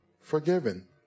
forgiven